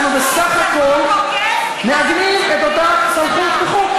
זה שאנחנו בסך הכול מעגנים את אותה סמכות בחוק.